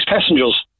passengers